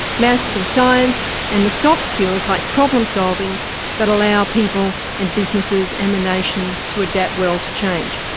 maths and science, and the soft skills like problem-solving that allow people and businesses and the nation to adapt well to change.